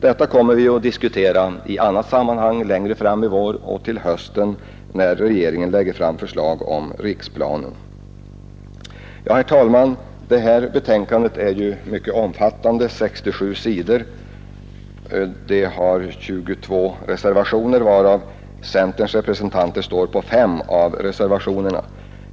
Detta kommer vi att diskutera i annat sammanhang längre fram i vår och i höst, när regeringen lägger fram förslaget om riksplanen. Herr talman! Detta betänkande är mycket omfattande — 67 sidor. Det har 22 reservationer. Centerns representanter har undertecknat 5 av dessa.